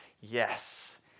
yes